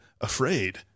afraid